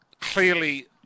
Clearly